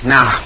Now